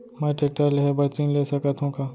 मैं टेकटर लेहे बर ऋण ले सकत हो का?